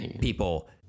People